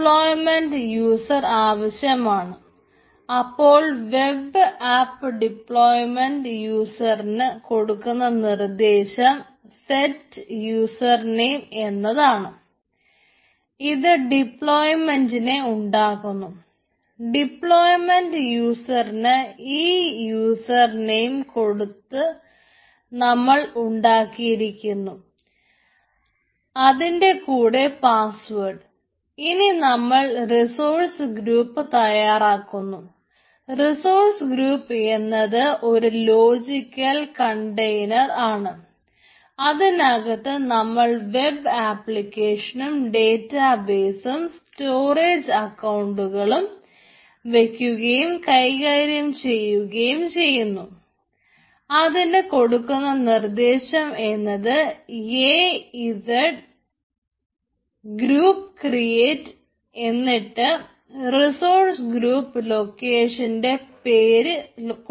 Azure ക്ലയന്റിന് deployment യൂസറെ